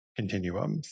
continuums